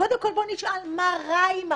קודם כל בוא נשאל מה רע עם החוק,